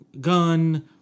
gun